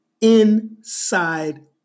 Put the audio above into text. inside